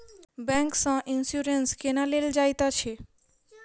bank सँ insurance केना लेल जाइत अछि